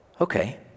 Okay